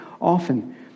often